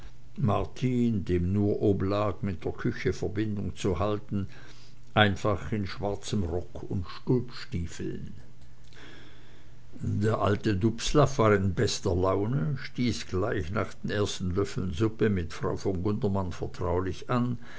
martin dem nur oblag mit der küche verbindung zu halten einfach in schwarzem rock und stulpstiefeln der alte dubslav war in bester laune stieß gleich nach den ersten löffeln suppe mit frau von gundermann vertraulich an